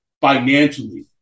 financially